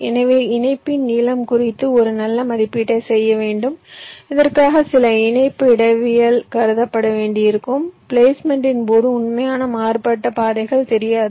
எனவே இணைப்பின் நீளம் குறித்து ஒரு நல்ல மதிப்பீட்டைச் செய்ய வேண்டும் இதற்காக சில இணைப்பு இடவியல் கருதப்பட வேண்டியிருக்கும் பிளேஸ்மென்ட்டின் போது உண்மையான மாறுபட்ட பாதைகள் தெரியாது